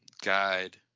guide